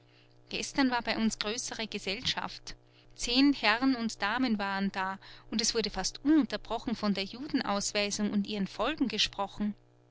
gestern war bei uns größere gesellschaft zehn herren und damen waren da und es wurde fast ununterbrochen von der judenausweisung und ihren folgen gesprochen